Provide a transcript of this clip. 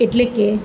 એટલે કે